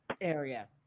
area